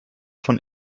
von